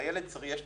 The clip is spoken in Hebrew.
לילד יש צרכים,